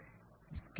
escape